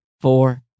four